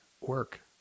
work